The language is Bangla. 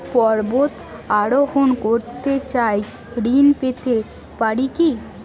পর্বত আরোহণ করতে চাই ঋণ পেতে পারে কি?